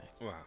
Wow